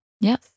Yes